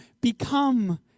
become